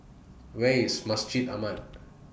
Where IS Masjid Ahmad